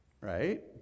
right